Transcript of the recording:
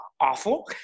Awful